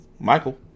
Michael